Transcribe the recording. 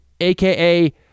aka